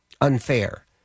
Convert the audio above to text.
unfair